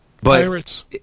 Pirates